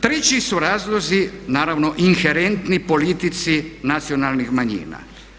Treći su razlozi naravno inherentni politici nacionalnih manjina.